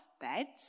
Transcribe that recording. beds